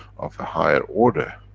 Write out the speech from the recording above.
of a higher order,